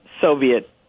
Soviet